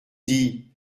dis